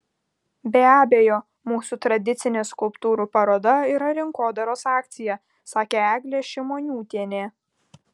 be abejo mūsų tradicinė skulptūrų paroda yra rinkodaros akcija sakė eglė šimoniūtienė